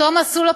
אותו מסלול,